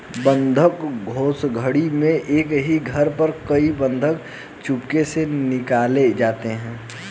बंधक धोखाधड़ी में एक ही घर पर कई बंधक चुपके से निकाले जाते हैं